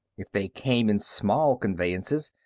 if they came in small conveyances,